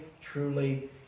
truly